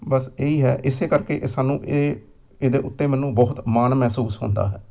ਬਸ ਇਹ ਹੀ ਹੈ ਇਸੇ ਕਰਕੇ ਇਹ ਸਾਨੂੰ ਇਹ ਇਹਦੇ ਉੱਤੇ ਮੈਨੂੰ ਬਹੁਤ ਮਾਨ ਮਹਿਸੂਸ ਹੁੰਦਾ ਹੈ